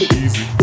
easy